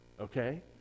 okay